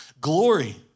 glory